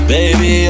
Baby